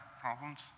problems